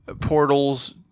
portals